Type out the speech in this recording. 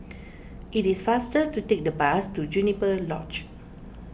it is faster to take the bus to Juniper Lodge